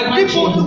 people